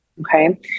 Okay